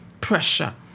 pressure